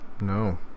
No